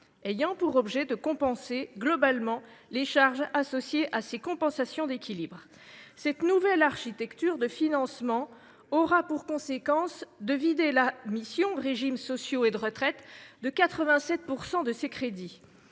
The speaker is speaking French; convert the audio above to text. de TVA visant à compenser globalement les charges associées à ces compensations d’équilibre. Cette nouvelle architecture de financement aura pour conséquence de vider la mission « Régimes sociaux et de retraite » de 87 % de ses crédits.